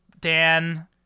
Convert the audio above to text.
Dan